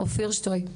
אופיר שטוי.